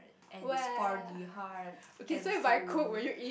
and is for the heart and soul